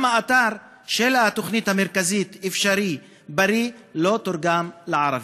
גם האתר של התוכנית המרכזית "אפשריבריא" לא תורגם גם לערבית.